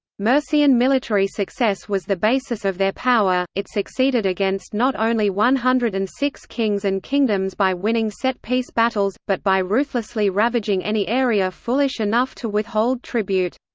mercian military success was the basis of their power it succeeded against not only one hundred and six kings and kingdoms by winning set-piece battles, but by ruthlessly ravaging any area foolish enough to withhold tribute.